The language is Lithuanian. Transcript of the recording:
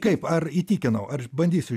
kaip ar įtikinau aš bandysi